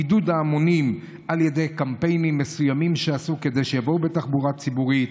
עידוד ההמונים על ידי קמפיינים שעשו כדי שייסעו בתחבורה ציבורית,